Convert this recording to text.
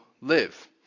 live